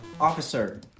officer